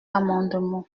amendement